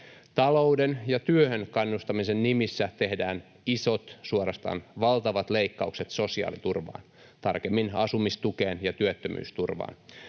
Talouden ja työhön kannustamisen nimissä tehdään isot, suorastaan valtavat leikkaukset sosiaaliturvaan, tarkemmin asumistukeen ja työttömyysturvaan.